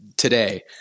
Today